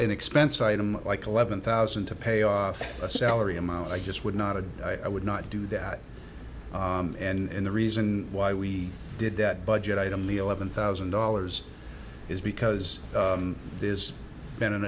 an expense item like eleven thousand to pay off a salary amount i just would not have i would not do that and the reason why we did that budget item eleven thousand dollars is because there's been an